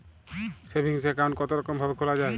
Saving account কতরকম ভাবে খোলা য়ায়?